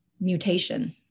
mutation